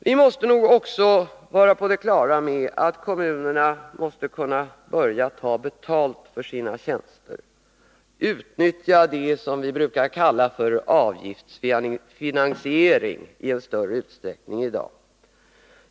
Vi måste nog också vara på det klara med att kommunerna måste kunna ta betalt för sina tjänster, utnyttja det som vi brukar kalla avgiftsfinansiering i större utsträckning än i dag.